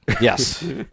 Yes